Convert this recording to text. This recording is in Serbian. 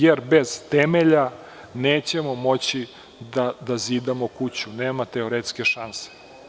Jer, bez temelja nećemo moći da zidamo kuću, nema teoretske šanse.